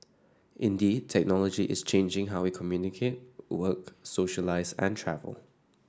indeed technology is changing how we communicate work socialise and travel